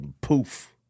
Poof